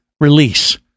release